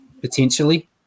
potentially